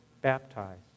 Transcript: baptized